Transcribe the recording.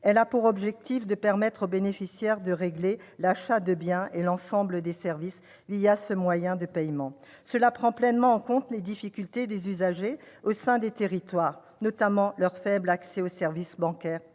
Elle a pour objectif de permettre aux bénéficiaires de régler l'achat de biens et l'ensemble des services ce moyen de paiement. Cela prend pleinement en compte les difficultés des usagers au sein des territoires, notamment leur faible accès aux services bancaires